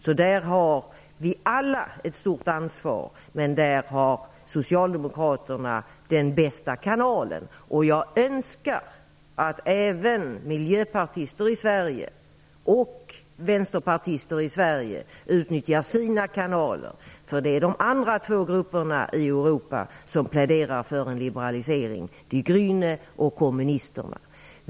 Vi har alla ett stort ansvar, men socialdemokraterna har den bästa kanalen. Jag önskar att även miljöpartister och vänsterpartister i Sverige utnyttjar sina kanaler, eftersom Die Grtine ochkommunisterna är de andra två grupper i Europa som pläderar för en liberalisering.